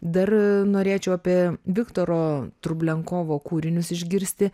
dar norėčiau apie viktoro trublenkovo kūrinius išgirsti